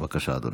בבקשה, אדוני.